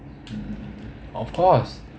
of course